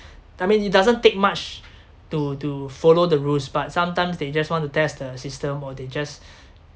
I mean it doesn't take much to to follow the rules but sometimes they just want to test the system or they just